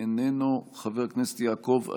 איננו, חבר הכנסת יעקב אשר,